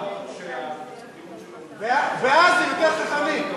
ברור שהטיעון שלו, בעזה יותר חכמים.